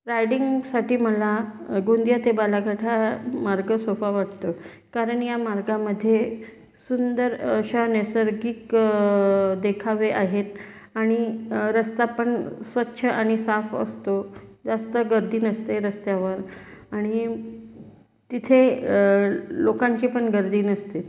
रायडींगसाठी मला गोंदिया ते बालाघाट हा मार्ग सोपा वाटतो कारण या मार्गामध्ये सुंदर अशा नैसर्गिक देखावे आहेत आणि रस्ता पण स्वच्छ आणि साफ असतो जास्त गर्दी नसते रस्त्यावर आणि तिथे लोकांची पण गर्दी नसते